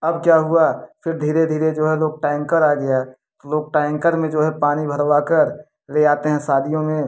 अब क्या हुआ फिर धीरे धीरे जो है लो टैंकर आ गया लोग टैंकर में जो है पानी भरवाकर ले जाते हैं शादियों में